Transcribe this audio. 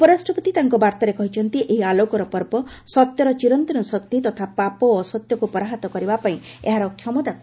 ଉପରାଷ୍ଟ୍ରପତି ତାଙ୍କ ବାର୍ତ୍ତାରେ କହିଛନ୍ତି ଏହି ଆଲୋକର ପର୍ବ ସତ୍ୟର ଚିରନ୍ତନ ଶକ୍ତି ତଥା ପାପ ଓ ଅସତ୍ୟକ୍ତ ପରାହତ କରିବା ପାଇଁ ଏହାର କ୍ଷମତାକୁ ଦର୍ଶାଇଥାଏ